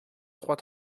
trois